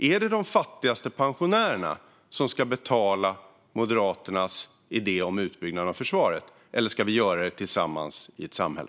Är det de fattigaste pensionärerna som ska betala Moderaternas idé om utbyggnad av försvaret? Eller ska vi göra det tillsammans i ett samhälle?